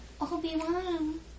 Obi-Wan